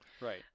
right